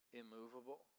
immovable